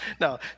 Now